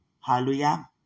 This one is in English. Hallelujah